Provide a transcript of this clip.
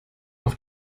auf